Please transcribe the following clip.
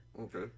Okay